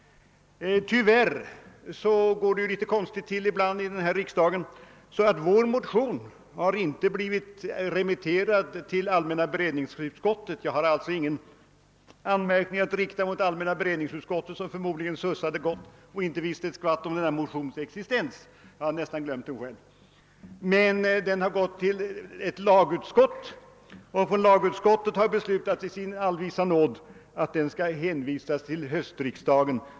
Tyvärr går det ibland litet konstigt till i riksdagen. Vår motion har inte blivit remitterad till allmänna beredningsutskottet. Jag har alltså ingen anmärkning att rikta mot allmänna beredningsutskottet, som förmodligen sussat gott och inte vetat om motionens existens — jag hade själv nästan glömt den. Den har i stället remitterats till ett lagutskott, och lagutskottet har i sin allvisa nåd beslutat föreslå att behandlingen skall uppskjutas till höstriksdagen.